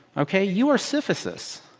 ok? you are sisyphus.